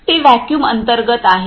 ते व्हॅक्यूम अंतर्गत आहे